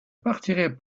partirai